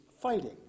fighting